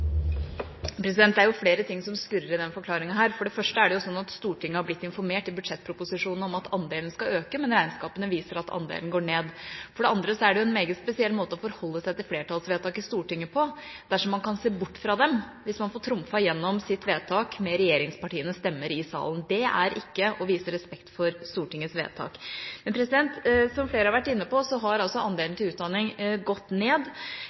flere ting som skurrer i denne forklaringen her. For det første er det sånn at Stortinget har blitt informert i budsjettproposisjonen om at andelen skal øke, men regnskapene viser at andelen går ned. For det andre er det en meget spesiell måte å forholde seg til flertallsvedtak i Stortinget på. Dersom man kan se bort fra dem, hvis man får trumfet gjennom sitt vedtak med regjeringspartienes stemmer i salen, er ikke det å vise respekt for Stortingets vedtak. Men som flere har vært inne på, har andelen til utdanning gått ned.